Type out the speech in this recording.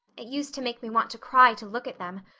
it used to make me want to cry to look at them.